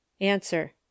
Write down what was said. answer